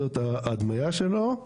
זאת ההדמיה שלו.